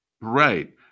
right